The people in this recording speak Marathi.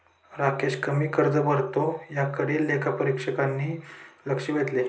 राकेश कमी कर भरतो याकडे लेखापरीक्षकांनी लक्ष वेधले